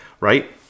right